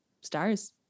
stars